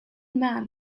man